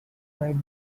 might